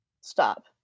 Stop